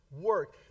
work